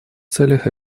целях